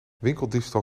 winkeldiefstal